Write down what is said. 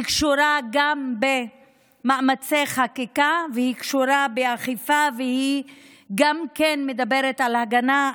היא קשורה גם במאמצי חקיקה והיא קשורה באכיפה והיא גם כן מדברת על הגנה,